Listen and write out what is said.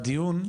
בדיון,